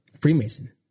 Freemason